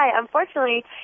unfortunately